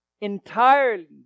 entirely